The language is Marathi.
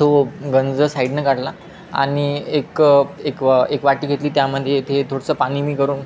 तो गंज साईडनं काढला आणि एक एक व एक वाटी घेतली त्यामध्ये येथे थोडंसं पाणी मी करून